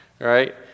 right